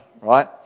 right